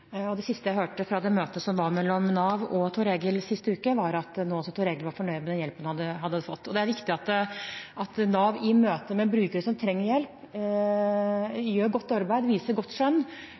Det siste jeg hørte fra det møtet som var mellom Nav og Thor-Egil sist uke, var at nå var Thor-Egil fornøyd med den hjelpen han hadde fått. Det er viktig at Nav i møte med brukere som trenger hjelp, gjør godt arbeid, viser godt skjønn